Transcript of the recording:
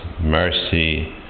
mercy